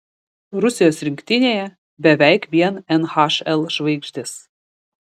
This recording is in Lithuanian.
rusijos rinktinėje beveik vien nhl žvaigždės